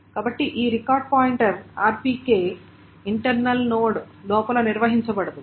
కాబట్టి ఈ record pointer rpk internal node లోపల నిర్వహించబడదు